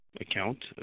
account